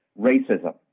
racism